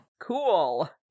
cool